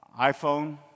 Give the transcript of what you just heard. iPhone